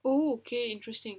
okay interesting